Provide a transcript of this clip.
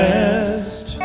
Rest